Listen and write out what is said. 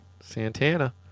Santana